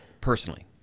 personally